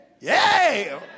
Yay